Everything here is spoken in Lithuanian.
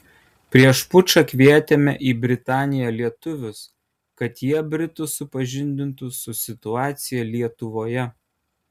prieš pučą kvietėme į britaniją lietuvius kad jie britus supažindintų su situacija lietuvoje